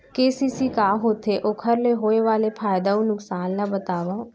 KCC का होथे, ओखर ले होय वाले फायदा अऊ नुकसान ला बतावव?